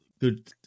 good